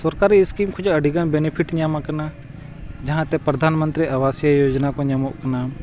ᱥᱚᱨᱠᱟᱨᱤ ᱥᱠᱤᱢ ᱠᱷᱚᱱ ᱦᱚᱸ ᱟᱹᱰᱤᱜᱟᱱ ᱵᱮᱱᱤᱯᱷᱤᱴ ᱧᱟᱢ ᱟᱠᱟᱱᱟ ᱡᱟᱦᱟᱸᱛᱮ ᱯᱨᱚᱫᱷᱟᱱ ᱢᱚᱱᱛᱨᱤ ᱟᱵᱟᱥ ᱡᱳᱡᱚᱱᱟ ᱠᱚ ᱧᱟᱢᱚᱜ ᱠᱟᱱᱟ